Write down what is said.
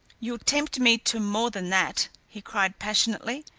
you'll tempt me to more than that, he cried passionately.